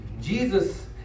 Jesus